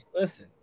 listen